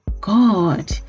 God